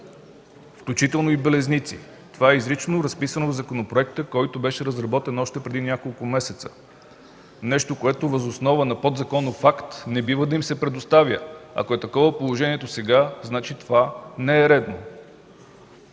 включително и белезници. Това е изрично разписано в законопроекта, който беше разработен още преди няколко месеца. Нещо, което въз основа на подзаконов акт не бива да им се предоставя. Ако е такова положението сега, значи това не е редно.